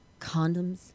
condoms